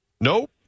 Nope